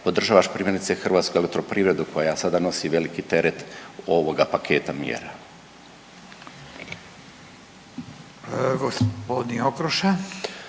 podržavaš primjerice HEP koja sada nosi veliki teret ovoga paketa mjera.